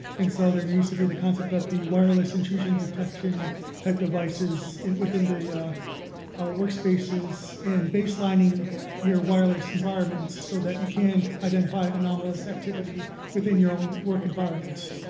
and so there needs to be the concept of the wireless intrusion detection type devices and within the ah ah workspaces and baselining your wireless environments so that you can identify anomalous activity within your own work environments.